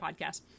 podcast